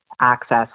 access